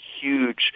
huge